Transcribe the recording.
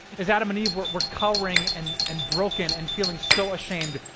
as adam and eve were were cowering and and broken and feeling so ashamed,